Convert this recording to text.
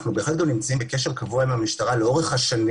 אנחנו בהחלט נמצאים בקשר קבוע עם המשטרה לאורך השנים